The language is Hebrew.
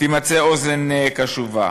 תימצא אוזן קשובה.